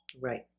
Right